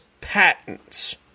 patents